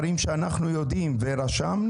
את כל הנושאים שמעיקים על העסקים הקטנים